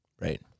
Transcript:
Right